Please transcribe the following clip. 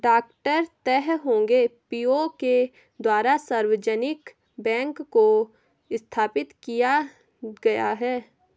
डॉ Teh Hong Piow के द्वारा सार्वजनिक बैंक को स्थापित किया गया है